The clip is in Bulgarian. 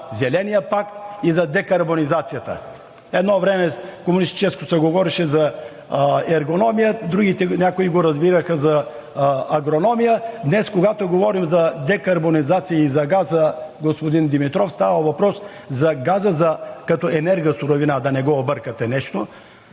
Зеления пакт и за декарбонизацията. Едно време в комунистическо се говореше за ергономия, някои други го разбираха за агрономия. Днес, когато говорим за декарбонизация и за газа, господин Димитров, става въпрос за газа като енергосуровина, да не го объркате нещо.